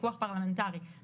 בפרק הזה בתעודת מחוסן,